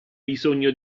bisogno